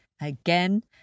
again